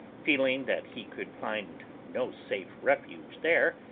feeling that he could find no safe refuge there,